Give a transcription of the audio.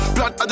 Blood